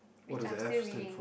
which I'm still reading